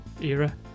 era